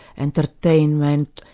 entertainment,